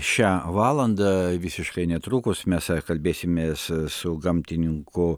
šią valandą visiškai netrukus mes kalbėsimės su gamtininku